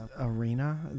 arena